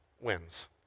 wins